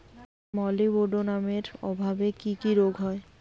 মলিবডোনামের অভাবে কি কি রোগ হয়?